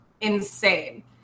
insane